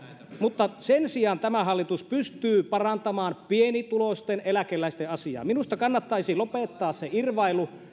mutta sen sijaan tämä hallitus pystyy parantamaan pienituloisten eläkeläisten asemaa minusta kannattaisi lopettaa se irvailu